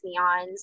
neons